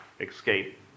escape